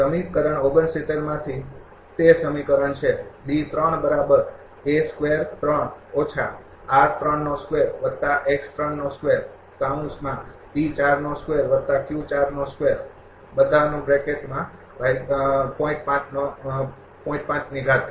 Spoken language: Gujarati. સમીકરણ ૬૯ માંથી તે સમીકરણ છે